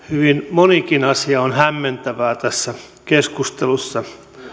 hyvin monikin asia on hämmentävä tässä keskustelussa